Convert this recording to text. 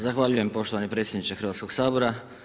Zahvaljujem poštovani predsjedniče Hrvatskog sabora.